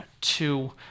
two